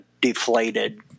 deflated